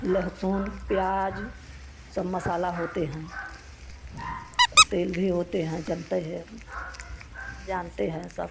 लहसुन प्याज सब मसाला होते हैं तेल भी होते हैं जनतै हो जानते हैं सब